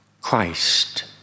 Christ